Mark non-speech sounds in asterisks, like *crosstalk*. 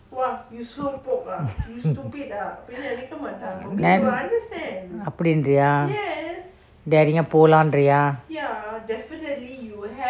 *laughs* அப்பிடிங்கேரியா:appidinggeriyaa daring ah போலாங்கரியா:polangriya ah